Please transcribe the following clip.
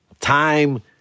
time